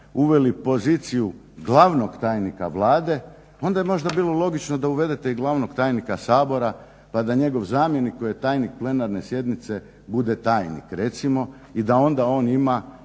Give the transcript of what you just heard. uveli poziciju glavnog tajnika Vlade, onda je možda bilo logično da uvedete i glavnog tajnika Sabora, pa da njegov zamjenik koji je tajnik plenarne sjednice bude tajnik recimo i da onda on ima